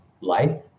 life